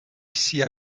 sia